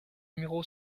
numéro